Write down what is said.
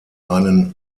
einen